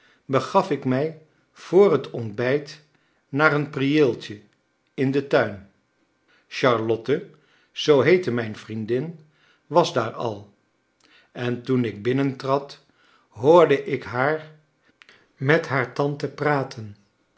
begaf ik mij voor het ontbijt naar een prieeltje in den turn charlotte zoo heette mijn vriendin was daar al en toen ik binnentrad hoorde ik haar met haar tante praten